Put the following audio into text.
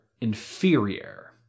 inferior